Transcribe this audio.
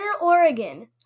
Oregon